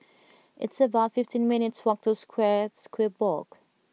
it's about fifty minutes' walk to Square Square Block